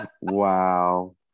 wow